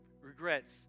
regrets